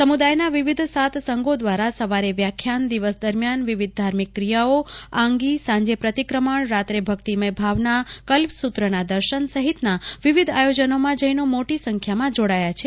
સમુદાયના વિવિધ સાત સંઘો દ્વારા સવારે વ્યાખ્યાન દિવસ દરમિયાન વિવિધ ધાર્મિક ક્રિયાઓ આંગી સાંજે પ્રતિક્રમણ રાત્રે ભક્તિમય ભાવના કલ્પસુત્રના દર્શન સહિતના વિવિધ આયોજનોમાં જૈનો મોટી સંખ્યામાં જોડાયા છે